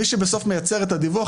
מי שבסוף מייצר את הדיווח,